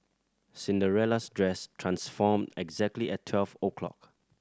Cinderella's dress transformed exactly at twelve o'clock